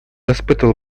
испытывал